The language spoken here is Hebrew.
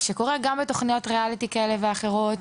זה קורה גם בתוכניות ריאליטי כאלה ואחרות,